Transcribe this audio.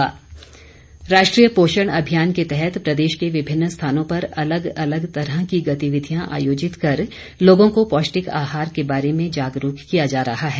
पोषण अभियान राष्ट्रीय पोषण अभियान के तहत प्रदेश के विभिन्न स्थानों पर अलग अलग तरह की गतिविधियां आयोजित कर लोगों को पौष्टिक आहार के बारे जागरूक किया जा रहा है